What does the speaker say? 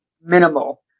minimal